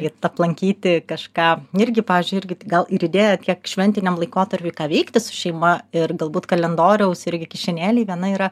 ir aplankyti kažką irgi pavyzdžiui irgi gal ir idėja kiek šventiniam laikotarpiui ką veikti su šeima ir galbūt kalendoriaus irgi kišenėlėj viena yra